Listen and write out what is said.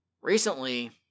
Recently